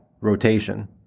rotation